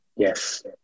Yes